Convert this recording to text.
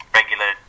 regular